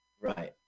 Right